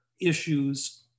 issues